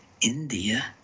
India